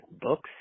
Books